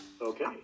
Okay